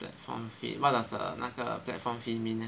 platform fee what does the 那个 platform fee mean leh